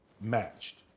matched